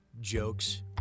jokes